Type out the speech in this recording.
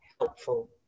helpful